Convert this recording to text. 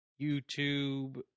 YouTube